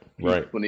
right